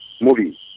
Movie